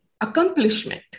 accomplishment